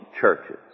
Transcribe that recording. churches